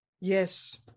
Yes